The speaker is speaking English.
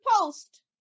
post